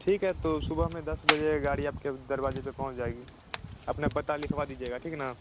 ठीक है तो सुबह में दस बजे गाड़ी आपके दरवाजे पर पहुँच जाएगी अपना पता लिखवा दीजिएगा ठीक न